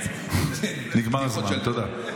נגמר הזמן, תודה.